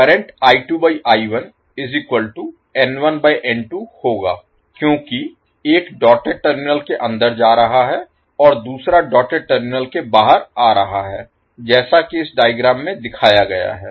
current होगा क्योंकि एक डॉटेड टर्मिनल के अंदर जा रहा है और दूसरा डॉटेड टर्मिनल के बाहर आ रहा है जैसा कि इस डायग्राम में दिखाया गया है